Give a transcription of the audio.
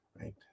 right